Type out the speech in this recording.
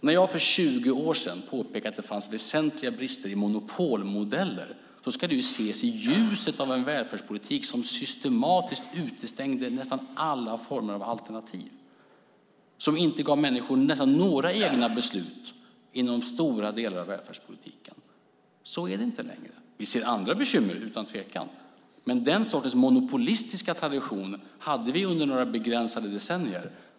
När jag för 20 år sedan påpekade att det fanns väsentliga brister i monopolmodeller ska det ses i ljuset av en välfärdspolitik som systematiskt utestängde nästan alla former av alternativ och inte gav människor möjlighet till några egna beslut inom stora delar av välfärdspolitiken. Så är det inte längre. Vi ser utan tvekan andra bekymmer, men den sortens monopolistiska tradition hade vi under några begränsade decennier.